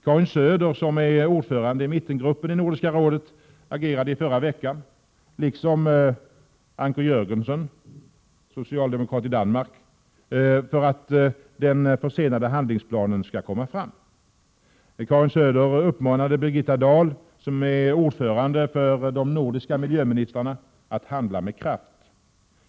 Karin Söder, som är ordförande i mittengruppen i Nordiska rådet, agerade i förra veckan — liksom Anker Jörgensen, socialdemokrat, i Danmark — för att den försenade handlingsplanen skall komma fram. Hon uppmanade Birgitta Dahl, som är ordförande för de nordiska miljöministrarna, att handla med kraft.